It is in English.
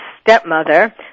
stepmother